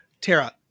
Tara